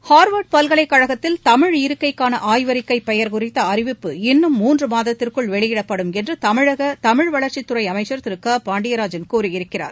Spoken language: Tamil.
ஹா்வா்ட் பல்கலைக் கழகத்தில் தமிழ் இருக்கைக்கான ஆய்வறிக்கை பெயா் குறித்த அறிவிப்பு இன்னும் மூன்று மாதத்திற்குள் வெளியிடப்படும் என்று தமிழக தமிழ் வளா்ச்சித் துறை அமைச்சர் திரு க பாண்டியராஜன் கூறியிருக்கிறார்